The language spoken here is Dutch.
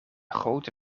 grote